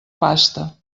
pasta